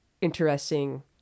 interesting